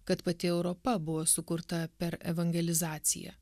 kad pati europa buvo sukurta per evangelizaciją